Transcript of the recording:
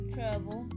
Trouble